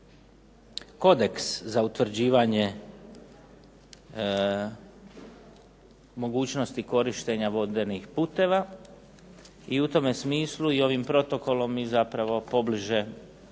kodeks za utvrđivanje mogućnosti korištenja vodenih puteva i u tome smislu i ovim protokolom mi zapravo pobliže